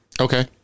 Okay